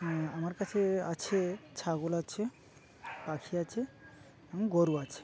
আমার কাছে আছে ছাগল আছে পাখি আছে এবং গরু আছে